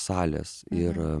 salės ir